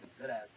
good-ass